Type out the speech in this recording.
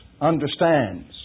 understands